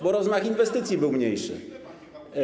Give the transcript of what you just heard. Bo rozmach inwestycji był mniejszy.